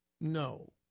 No